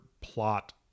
plot